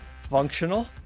functional